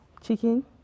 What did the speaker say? chicken